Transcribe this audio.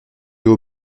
haut